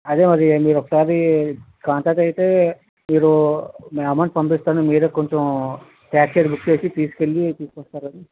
అదే మరి మీరు ఒకసారి కాంటాక్ట్ అయితే మీరు నేను అమౌంట్ పంపిస్తాను మీరే కొంచెం క్యాషియర్ కు ఇచ్చేసి తీసుకెళ్ళి తీసుకొస్తారు అని